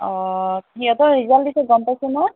অঁ সিহঁতৰ ৰিজাল্ট দিছে গম পাইছে না